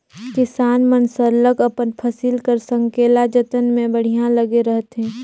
किसान मन सरलग अपन फसिल कर संकेला जतन में बड़िहा लगे रहथें